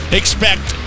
expect